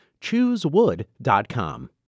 Choosewood.com